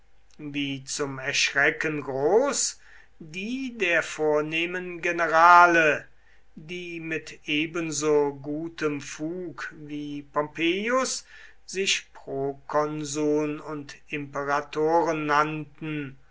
wie zum erschrecken groß die der vornehmen generale die mit ebenso gutem fug wie pompeius sich prokonsuln und imperatoren nannten